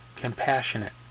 Compassionate